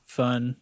fun